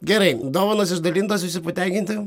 gerai dovanos išdalintos visi patenkinti